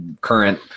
current